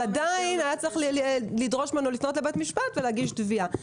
עדיין היה צריך לדרוש ממנו לפנות לבית משפט ולהגיש תביעה.